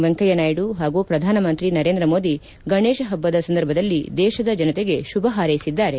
ವೆಂಕಯ್ಯ ನಾಯ್ಡು ಹಾಗೂ ಪ್ರಧಾನಮಂತ್ರಿ ನರೇಂದ ಮೋದಿ ಗಣೇಶ ಹಬ್ಬದ ಸಂದರ್ಭದಲ್ಲಿ ದೇಶದ ಜನತೆಗೆ ಶುಭ ಹಾರ್ೈಸಿದ್ದಾರೆ